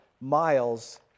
miles